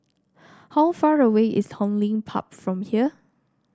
how far away is Hong Lim Park from here